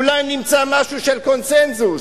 אולי נמצא משהו של קונסנזוס.